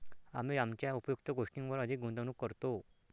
आम्ही आमच्या उपयुक्त गोष्टींवर अधिक गुंतवणूक करतो